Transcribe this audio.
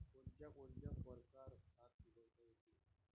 कोनच्या कोनच्या परकारं खात उघडता येते?